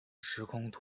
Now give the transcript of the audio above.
时空